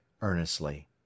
earnestly